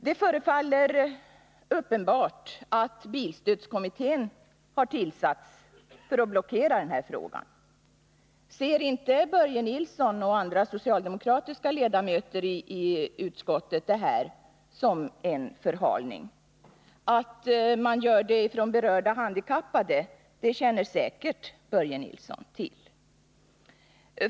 Det förefaller uppenbart att bilstödskommittén har tillsatts för att blockera frågan. Ser inte Börje Nilsson och andra socialdemokrater i utskottet det här som en förhalning? Att berörda handikappade gör det känner Börje Nilsson säkert till.